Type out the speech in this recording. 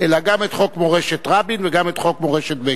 אלא גם את חוק מרכז מורשת רבין וגם את חוק מרכז מורשת בגין.